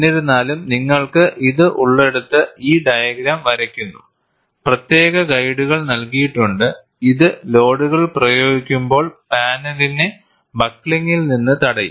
എന്നിരുന്നാലും നിങ്ങൾക്ക് ഇത് ഉള്ളിടത്ത് ഈ ഡയഗ്രം വരയ്ക്കുന്നു പ്രത്യേക ഗൈഡുകൾ നൽകിയിട്ടുണ്ട് ഇത് ലോഡുകൾ പ്രയോഗിക്കുമ്പോൾ പാനലിനെ ബക്ക്ലിംഗിൽ നിന്ന് തടയും